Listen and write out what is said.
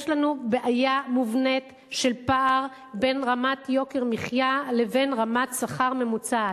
יש לנו בעיה מובנית של פער בין רמת יוקר המחיה לבין רמת השכר הממוצעת.